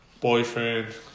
boyfriend